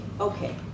okay